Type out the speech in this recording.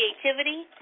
creativity